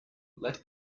let